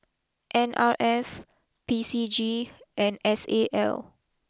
N R F P C G and S A L